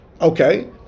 Okay